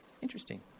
Interesting